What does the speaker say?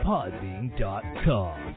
Podbean.com